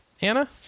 Anna